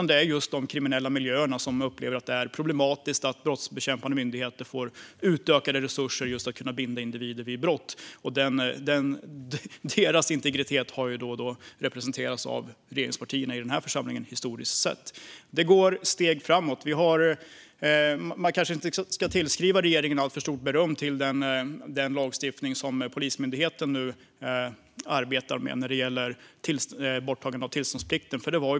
Det är just de kriminella miljöerna som upplever att det är problematiskt att brottsbekämpande myndigheter får utökade resurser att kunna binda individer till brott. Deras integritet har i den här församlingen representerats av regeringspartierna historiskt sett. Det tas steg framåt. Man kanske inte ska ge regeringen alltför stort beröm för borttagandet av tillståndsplikten och för den lagstiftning som Polismyndigheten nu arbetar efter.